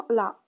la